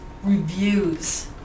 Reviews